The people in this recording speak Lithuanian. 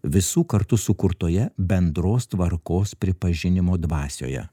visų kartu sukurtoje bendros tvarkos pripažinimo dvasioje